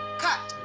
cut!